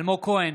אלמוג כהן,